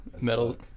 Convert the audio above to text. Metal